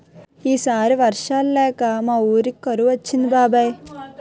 ఈ సారి వర్షాలు లేక మా వూరికి కరువు వచ్చింది బాబాయ్